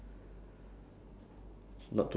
fully naked riding a bike